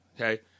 Okay